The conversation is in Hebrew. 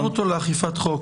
זה קשור לציונות או לאכיפת חוק?